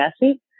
messy